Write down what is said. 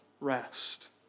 rest